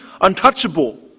untouchable